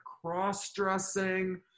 cross-dressing